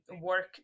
work